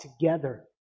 together